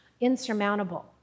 insurmountable